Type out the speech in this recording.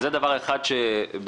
זה דבר אחד שברשותך,